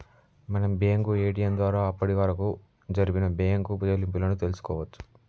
మనం bank ATM ద్వారా అప్పటివరకు జరిపిన బ్యేంకు చెల్లింపులను తెల్సుకోవచ్చు